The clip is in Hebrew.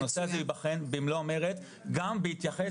הנושא הזה יבחן במלוא המרץ גם בהתייחס